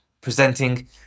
presenting